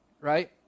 Right